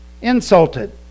Insulted